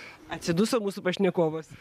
atsiduso mūsų pašnekovas